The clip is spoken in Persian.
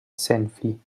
صنفی